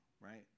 right